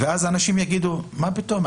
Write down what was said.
ואז אנשים יגידו: מה פתאום,